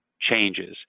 changes